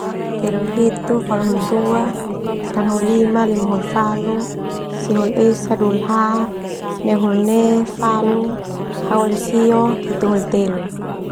Telu hulu, hitu falu hulu dua sana hulu lima lima hulu falu sio hulu esa dua hulu ha ne hulu ne